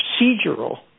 procedural